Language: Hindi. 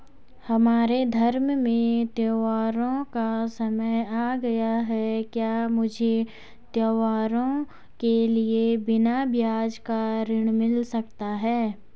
हमारे धर्म में त्योंहारो का समय आ गया है क्या मुझे त्योहारों के लिए बिना ब्याज का ऋण मिल सकता है?